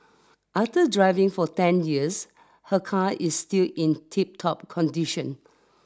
after driving for ten years her car is still in tiptop condition